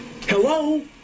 Hello